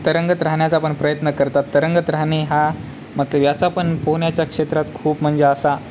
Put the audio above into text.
तरंगत राहण्याचा पण प्रयत्न करतात तरंगत राहणे हा मग याचापण पोहण्याच्या क्षेत्रात खूप म्हणजे असा